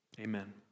Amen